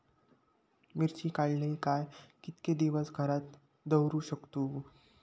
मिर्ची काडले काय कीतके दिवस घरात दवरुक शकतू?